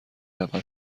اول